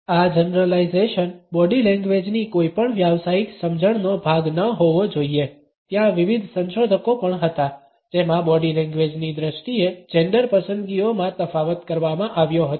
આ generalisation body લેંગ્વેજની કોઈપણ વ્યાવસાયિક સમજણનો ભાગ ન હોવો જોઈએ ત્યાં વિવિધ સંશોધકો પણ હતા જેમાં બોડી લેંગ્વેજની દ્રષ્ટિએ જેંડર પસંદગીઓમાં તફાવત કરવામાં આવ્યો હતો